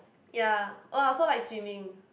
ya oh I also like swimming